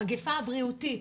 המגפה הבריאותית,